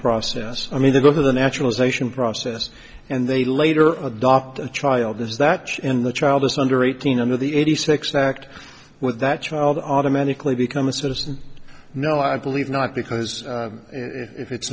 process i mean they go to the naturalization process and they later of adopting a child is that in the child is under eighteen under the eighty six that act with that child automatically become a citizen no i believe not because if it's